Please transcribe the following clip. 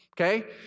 okay